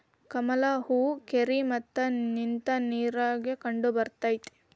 ಕಮಲ ಹೂ ಕೆರಿ ಮತ್ತ ನಿಂತ ನೇರಾಗ ಕಂಡಬರ್ತೈತಿ